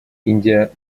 индия